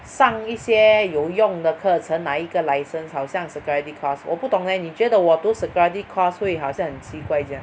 上一些有用的课程拿一个 license 好像 security course 我不懂 leh 你觉得我读 security course 会好像很奇怪这样